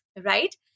right